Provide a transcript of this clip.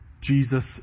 Jesus